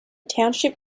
township